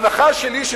וההנחה שלי היא,